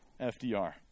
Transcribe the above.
FDR